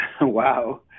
Wow